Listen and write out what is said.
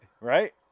Right